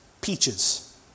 Peaches